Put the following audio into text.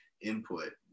input